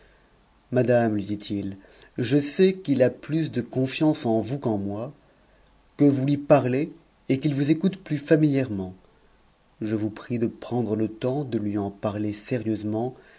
madame lui dit-il je sais qu'il a plus de conuance'en vous qu'en moi que vous lui parlez et qu il vous écoute plus familièrement je vous prie de prendre le temps de u m parler sérieusement